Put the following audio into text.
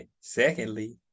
secondly